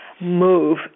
Move